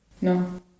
No